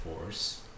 force